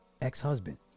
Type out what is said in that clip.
ex-husband